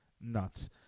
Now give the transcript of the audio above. Nuts